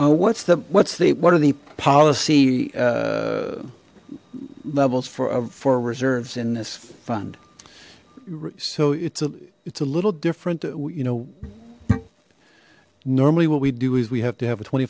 right what's the what's the what are the policy levels for reserves in this fund so it's a it's a little different you know normally what we do is we have to have a twenty